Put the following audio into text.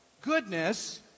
Goodness